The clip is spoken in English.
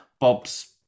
Bob's